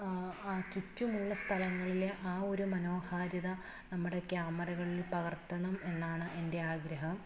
ആ ചുറ്റുമുള്ള സ്ഥലങ്ങളിലെ ആ ഒരു മനോഹാരിത നമ്മുടെ ക്യാമറകളിൽ പകർത്തണം എന്നാണ് എൻ്റെ ആഗ്രഹം